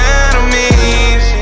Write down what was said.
enemies